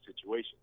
situation